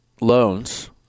loans